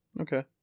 okay